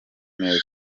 neza